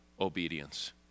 obedience